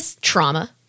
trauma